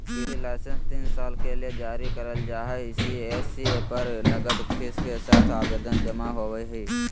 कृषि लाइसेंस तीन साल के ले जारी करल जा हई सी.एस.सी पर नगद फीस के साथ आवेदन जमा होवई हई